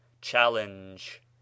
Challenge